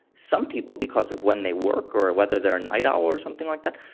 some people because of when they work or whether they are a night owl or something like that,